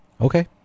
Okay